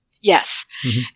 yes